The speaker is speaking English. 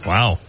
Wow